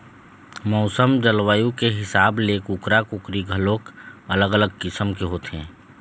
मउसम, जलवायु के हिसाब ले कुकरा, कुकरी घलोक अलग अलग किसम के होथे